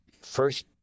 first